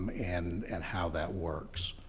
um and and how that works.